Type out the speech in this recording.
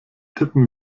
tippen